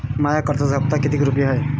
माया कर्जाचा हप्ता कितीक रुपये हाय?